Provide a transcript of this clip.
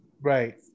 Right